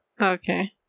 Okay